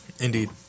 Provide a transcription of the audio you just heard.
Indeed